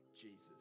Jesus